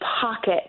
pocket